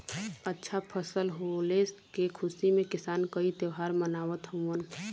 अच्छा फसल होले के खुशी में किसान कई त्यौहार मनावत हउवन